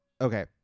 Okay